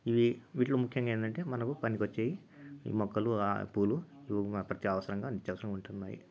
ఇవి వీటిలో ముఖ్యంగా ఏంటంటే మనకు పనికి వచ్చేవి ఈ మొక్కలు పూలు ఇవి మా ప్రతి అవసరంగా నిత్యవసరం ఉంటున్నాయి